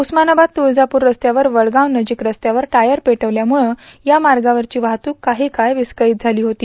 उस्मानाबाद तुळजाप्रर रस्त्यावर वडगाव नजिक रस्त्यावर टायर पेटवल्यामुळे या मार्गावरची वाहतूक काही काळ विस्कळीत झाली होती